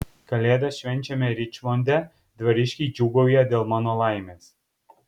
kalėdas švenčiame ričmonde dvariškiai džiūgauja dėl mano laimės